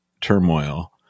turmoil